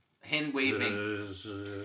Hand-waving